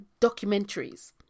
documentaries